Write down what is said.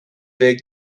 big